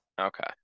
Okay